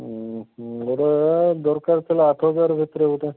ମୋର ଦରକାର ଥିଲା ଆଠ ହଜାର ଭିତରେ ଗୋଟେ